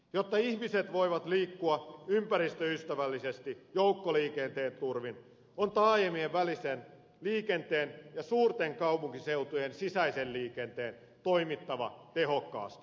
jotta ihmiset voivat liikkua ympäristöystävällisesti joukkoliikenteen turvin on taajamien välisen liikenteen ja suurten kaupunkiseutujen sisäisen liikenteen toimittava tehokkaasti